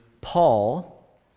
Paul